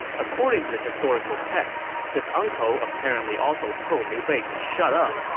according to the historical texts, this uncle apparently also told liu bei to shut up,